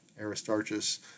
Aristarchus